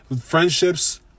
friendships